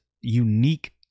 unique